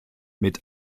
mit